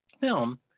film